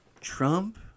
Trump